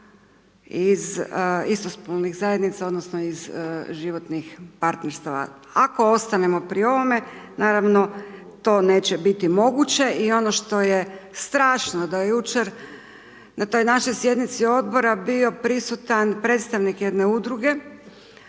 iz istospolnih zajednica odnosno iz životnih partnerstva. Ako ostanemo pri ovome, naravno to neće biti moguće, i ono što je strašno da jučer, na taj način, sjednici Odbora bio prisutan predstavnik jedne Udruge,